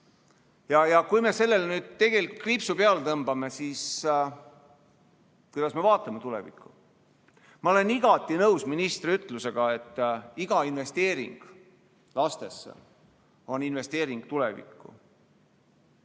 Ja kui me sellele kriipsu peale tõmbame, siis kuidas me vaatame tulevikku? Ma olen igati nõus ministriga, et iga investeering lastesse on investeering tulevikku.